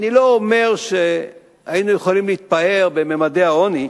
אני לא אומר שהיינו יכולים להתפאר בממדי העוני,